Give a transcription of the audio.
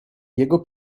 jego